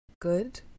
good